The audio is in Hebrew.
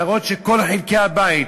להראות שכל חלקי הבית,